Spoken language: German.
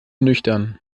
nüchtern